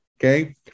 okay